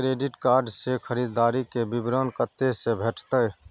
Credit card से खरीददारी के विवरण कत्ते से भेटतै?